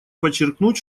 подчеркнуть